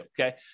okay